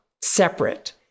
separate